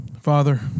Father